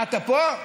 אתה פה?